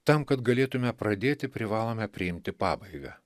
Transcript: tam kad galėtume pradėti privalome priimti pabaigą